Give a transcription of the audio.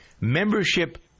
Membership